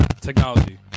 Technology